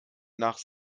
nach